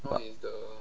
but